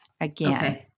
again